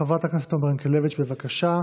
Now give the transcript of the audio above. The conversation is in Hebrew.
חברת הכנסת עומר ינקלביץ', בבקשה,